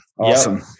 Awesome